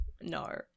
No